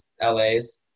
LA's